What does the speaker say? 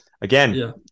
again